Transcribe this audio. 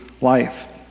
life